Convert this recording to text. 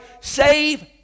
save